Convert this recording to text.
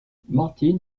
martin